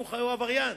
הוא עבריין.